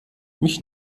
mich